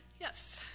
Yes